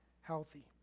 healthy